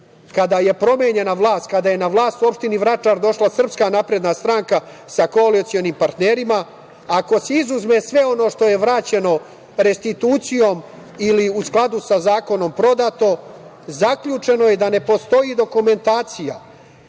kada je promenjena vlast, kada je na vlast u Opštini Vračar došla SNS sa koalicionim partnerima, ako se izuzme sve ono što je vraćeno restitucijom ili u skladu sa zakonom prodato, zaključeno je da ne postoji dokumentacija